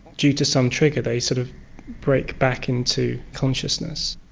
due to some trigger, they sort of break back into consciousness,